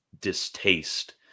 distaste